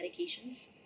medications